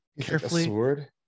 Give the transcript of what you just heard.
carefully